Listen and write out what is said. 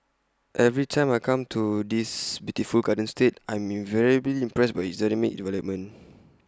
every time I come to this beautiful garden state I'm invariably impressed by its dynamic development